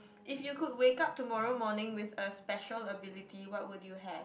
if you could wake up tomorrow morning with a special ability what would you have